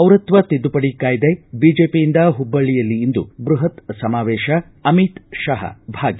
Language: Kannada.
ಪೌರತ್ವ ತಿದ್ದುಪಡಿ ಕಾಯ್ದೆ ಬಿಜೆಪಿಯಿಂದ ಹುಬ್ಬಳ್ಳಯಲ್ಲಿ ಇಂದು ಬೃಹತ್ ಸಮಾವೇಶ ಅಮಿತ್ ಶಹಾ ಭಾಗಿ